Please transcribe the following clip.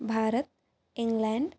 Bharat England